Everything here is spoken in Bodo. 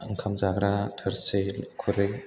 ओंखाम जाग्रा थोरसि खुरै